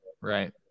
right